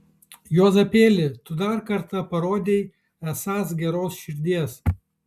juozapėli tu dar kartą parodei esąs geros širdies